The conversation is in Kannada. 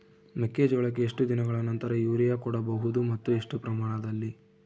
ಮೆಕ್ಕೆಜೋಳಕ್ಕೆ ಎಷ್ಟು ದಿನಗಳ ನಂತರ ಯೂರಿಯಾ ಕೊಡಬಹುದು ಮತ್ತು ಎಷ್ಟು ಪ್ರಮಾಣದಲ್ಲಿ?